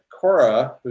Cora